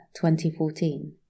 2014